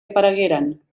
aparegueren